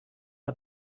got